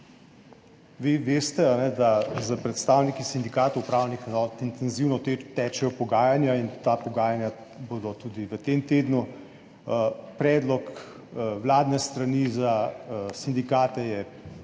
Vi veste, da s predstavniki sindikatov upravnih enot intenzivno tečejo pogajanja in ta pogajanja bodo tudi v tem tednu. Predlog vladne strani za sindikate